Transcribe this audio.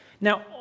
Now